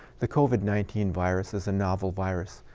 the covid nineteen virus is a novel virus,